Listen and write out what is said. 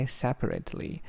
separately